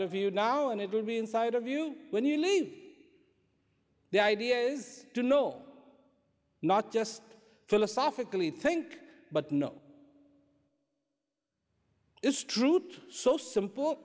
of you now and it will be inside of you when you leave the idea is to know not just philosophically think but know this troupe so simple